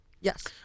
Yes